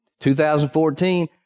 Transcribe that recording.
2014